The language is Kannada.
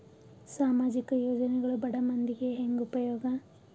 ಸಾಮಾಜಿಕ ಯೋಜನೆಗಳು ಬಡ ಮಂದಿಗೆ ಹೆಂಗ್ ಉಪಯೋಗ?